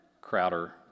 Crowder